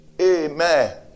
amen